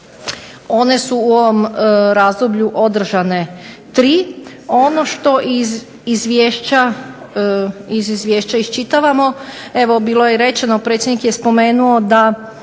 one su u ovom razdoblju održane tri. Ono što iz izvješća iščitavamo, evo bilo je i rečeno predsjednik je spomenuo da